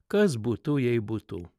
kas būtų jei būtų